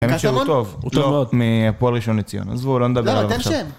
האמת שהוא טוב, הוא טוב, מהפועל הראשון לציון, עזבו, לא נדבר עליו עכשיו.